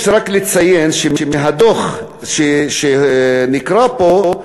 יש רק לציין שמהדוח שנקרא פה,